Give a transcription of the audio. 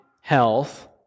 Health